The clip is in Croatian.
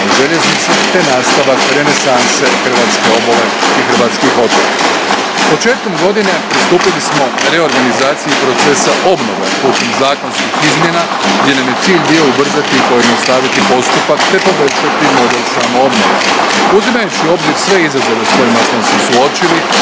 u željeznice, te nastavak renesanse hrvatske obale i hrvatskih otoka. Početkom godine pristupili smo reorganizaciji procesa obnove putem zakonskih izmjena gdje nam je cilj bio ubrzati i pojednostaviti postupak te poboljšati model samoobnove. Uzimajući u obzir sve izazove s kojima smo se suočili